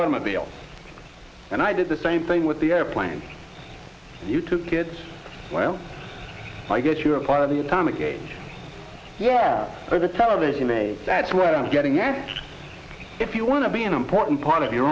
automobile and i did the same thing with the airplanes you took kids well i guess you're part of the atomic age yeah there's a television me that's where i'm getting at if you want to be an important part of your